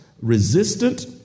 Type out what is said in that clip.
resistant